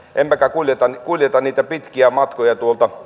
emmekä kuljeta niitä pitkiä matkoja